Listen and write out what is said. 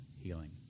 healing